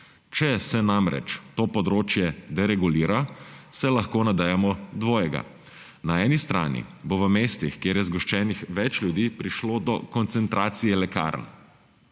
Če se namreč to področje deregulira, se lahko nadejamo dvojega. Na eni strani bo v mestih, kjer je zgoščenih več ljudi, prišlo do koncentracije lekarn.